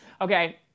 Okay